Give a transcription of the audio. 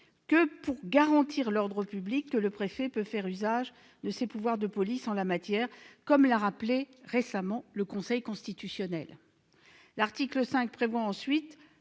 que pour garantir l'ordre public que le préfet peut faire usage de ses pouvoirs de police en la matière, comme l'a rappelé récemment le Conseil constitutionnel. De plus, l'article 5 prévoit que